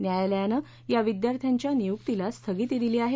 न्यायालयानं या विद्यार्थ्याच्या नियुक्तीला स्थगिती दिली आहे